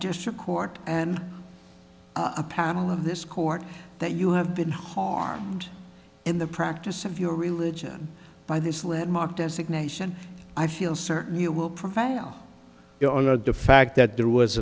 district court and a panel of this court that you have been harmed in the practice of your religion by this landmark designation i feel certain you will prevail your honor the fact that there was